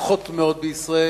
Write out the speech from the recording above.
מוצלחות מאוד בישראל.